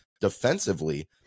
defensively